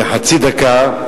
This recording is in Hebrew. בחצי דקה: